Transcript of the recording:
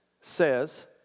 says